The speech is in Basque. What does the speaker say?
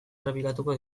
errepikatuko